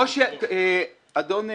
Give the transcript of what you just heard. אדון ניסנקורן.